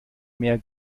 mehr